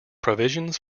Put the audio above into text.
provisions